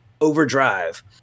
Overdrive